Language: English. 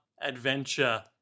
Adventure